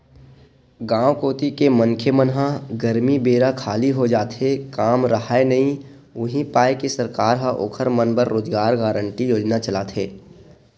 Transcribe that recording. गाँव कोती के मनखे मन ह गरमी बेरा खाली हो जाथे काम राहय नइ उहीं पाय के सरकार ह ओखर मन बर रोजगार गांरटी योजना चलाथे